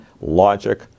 logic